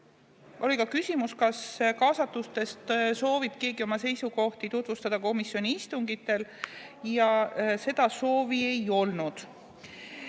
Oli ka küsimus, kas keegi kaasatutest soovib oma seisukohti tutvustada komisjoni istungitel, aga seda soovi ei olnud.